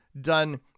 done